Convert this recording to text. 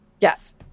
Yes